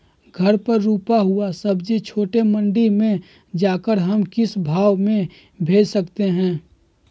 घर पर रूपा हुआ सब्जी छोटे मंडी में जाकर हम किस भाव में भेज सकते हैं?